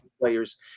players